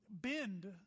bend